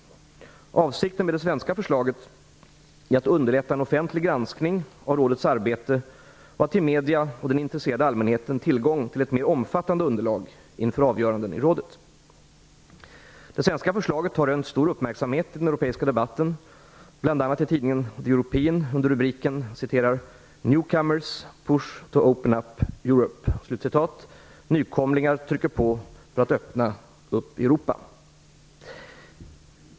Avsikten med det svenska förslaget är att underlätta en offentlig granskning av rådets arbete och att ge medierna och den intresserade allmänheten tillgång till ett mer omfattande underlag inför avgöranden i rådet. Det svenska förslaget har rönt stor uppmärksamhet i den europeiska debatten, bl.a. i tidningen The European under rubriken " Newcomers push to open up Europe", dvs. Nykomlingar trycker på för att öppna upp Europa.